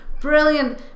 brilliant